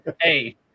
Hey